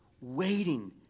waiting